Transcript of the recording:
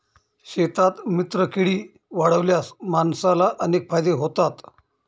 शेतात मित्रकीडी वाढवल्यास माणसाला अनेक फायदे होतात